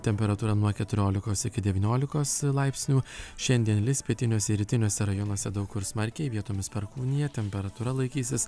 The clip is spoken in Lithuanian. temperatūra nuo keturiolikos iki devyniolikos laipsnių šiandien lis pietiniuose rytiniuose rajonuose daug kur smarkiai vietomis perkūnija temperatūra laikysis